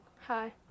Hi